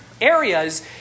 Areas